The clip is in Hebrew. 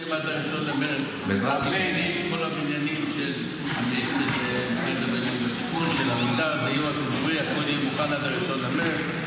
--- הכול יהיה מוכן עד 1 במרץ,